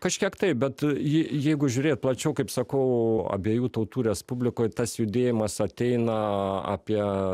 kažkiek taip bet ji jeigu žiūrėt plačiau kaip sakau abiejų tautų respublikoj tas judėjimas ateina apie